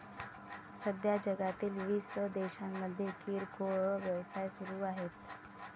सध्या जगातील वीस देशांमध्ये किरकोळ व्यवसाय सुरू आहेत